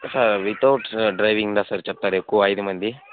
sir without driving చెప్తారా ఎక్కువ ఐదు మంది